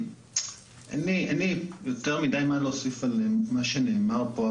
אין לי יותר מדי מה להוסיף על מה שנאמר פה,